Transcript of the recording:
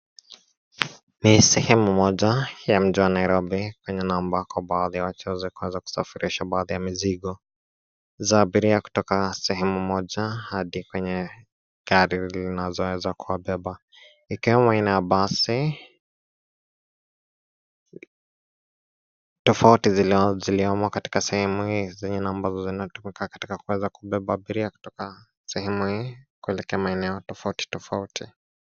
Ni sehemu moja ya mji wa Nairobi na ambako baadhi ya wachuzi wanaweza kusafirisha baadhi ya mizigo za abiria kutoka sehemu moja hadi kwenye gari zinazo weza kuwabeba ikiwemo aina ya basi. Tofauti ziliomo katika hizi zenye ambazo zinatumika katika kubeba abiria kutoka sehemu kuelekea maeneo tofauti tofauti.